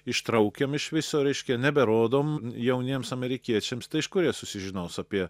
ištraukiam iš viso reiškia neberodom jauniems amerikiečiams tai iš kur jie susižinos apie